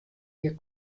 hjir